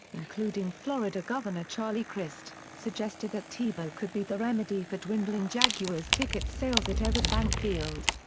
including florida governor charlie crist, suggested that tebow could be the remedy for dwindling jaguars ticket sales at everbank field.